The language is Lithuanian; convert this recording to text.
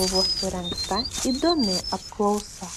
buvo surengta įdomi apklausa